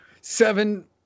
Seven